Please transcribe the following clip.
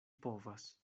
povas